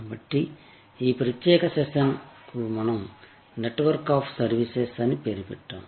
కాబట్టి ఈ ప్రత్యేక సెషన్కు మనం "నెట్వర్క్ ఆఫ్ సర్వీసెస్" అని పేరు పెట్టాము